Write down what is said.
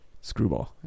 screwball